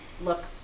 look